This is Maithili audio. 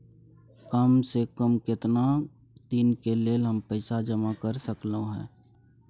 काम से कम केतना दिन के लेल हम पैसा जमा कर सकलौं हैं?